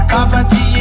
Poverty